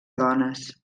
dones